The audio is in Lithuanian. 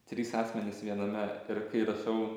trys asmenys viename ir kai rašau